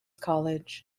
college